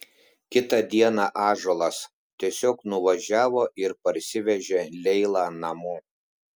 kitą dieną ąžuolas tiesiog nuvažiavo ir parsivežė leilą namo